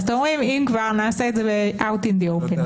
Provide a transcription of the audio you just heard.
אתם אומרים, אם כבר נעשה את זה ב-Out in the open.